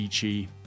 chi